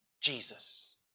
Jesus